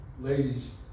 ladies